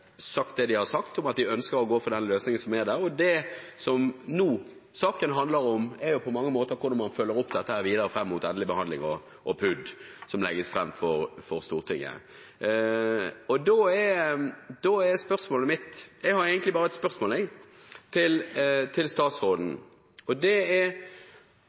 sagt at de ønsker å gå for den løsningen som er der. Det saken på mange måter nå handler om, er hvordan man følger dette opp videre fram mot endelig behandling av PUD, som legges fram for Stortinget. Da har jeg egentlig bare et spørsmål til statsråden, og det er: